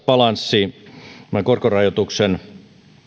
balanssi korkorajoituksen